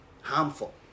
harmful